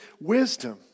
wisdom